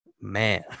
man